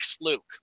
Luke